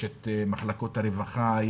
יש את מחלקות הרווחה,